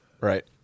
Right